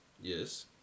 Yes